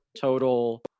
total